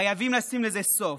חייבים לשים לזה סוף.